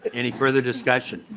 and any further discussion?